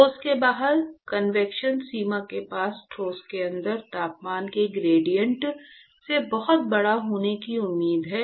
ठोस के बाहर कन्वेक्शन सीमा के पास ठोस के अंदर तापमान के ग्रेडिएंट से बहुत बड़ा होने की उम्मीद है